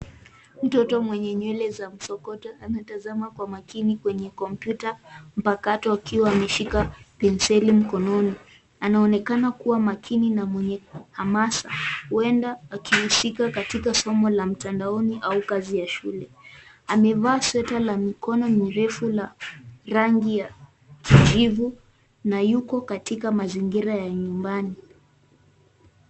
Mtoto mwenye nywele za msokoto ametazama kwa makini kwenye kompyuta mpakato akiwa ameshika penseli mkononi . Anaonekana kuwa makini na mwenye hamasa , huenda akihusika katika somo la mtandaoni au kazi ya shule. Amevaa sweta la mikono mirefu la rangi ya kijivu na yuko katika mazingira ya nyumbani.